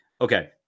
Okay